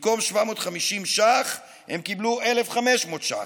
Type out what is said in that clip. במקום 750 שקלים הם קיבלו 1,500 שקלים.